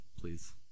please